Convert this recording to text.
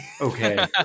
Okay